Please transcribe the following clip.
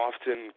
often